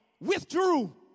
withdrew